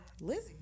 Lizzie